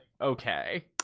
okay